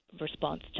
response